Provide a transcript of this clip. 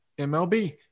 mlb